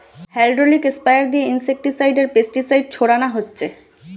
hydraulic sprayer দিয়ে insecticide আর pesticide ছোড়ানা হচ্ছে